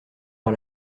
par